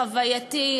חווייתי,